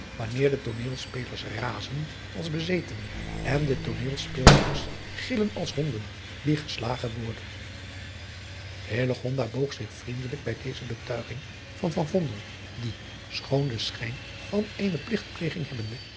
wanneer de tooneelspelers razen als bezetenen en de tooneelspeelsters gillen als honden die geslagen worden boog zich vriendelijk bij deze betuiging van die schoon den schijn van eene pligtpleging hebbende